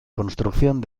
construcción